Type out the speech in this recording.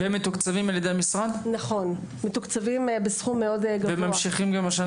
ומתוקצבים על ידי המשרד?